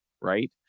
right